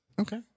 Okay